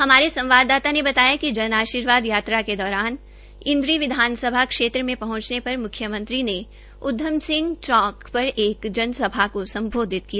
हमारे संवाददाता ने बताया है कि जन आर्शीवाद यात्रा के दौरान इन्द्री विधानसभा क्षेत्र में पहंचने पर मुख्यमंत्री ने उदयम सिंह चौक पर एक जन सभा को सम्बोधि किया